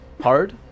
Hard